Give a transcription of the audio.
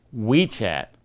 WeChat